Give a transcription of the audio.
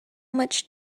much